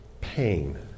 pain